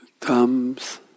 Thumbs